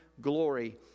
glory